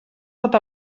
pot